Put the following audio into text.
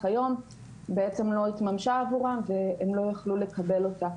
היום לא התממשה עבורם והם לא יכלו לקבל אותה.